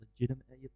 legitimately